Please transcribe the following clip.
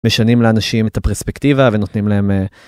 משנים לאנשים את הפרספקטיבה ונותנים להם.